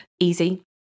easy